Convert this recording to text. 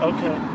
Okay